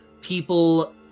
people